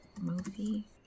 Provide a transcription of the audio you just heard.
movie